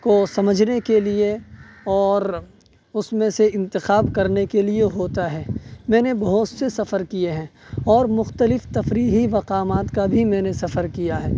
کو سمجھنے کے لیے اور اس میں سے انتخاب کرنے کے لیے ہوتا ہے میں نے بہت سے سفر کیے ہیں اور مختلف تفریحی مقامات کا بھی میں نے سفر کیا ہے